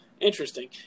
Interesting